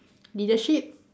leadership